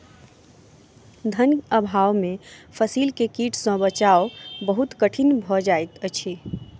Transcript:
धन अभाव में फसील के कीट सॅ बचाव बहुत कठिन भअ जाइत अछि